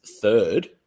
third